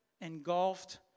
engulfed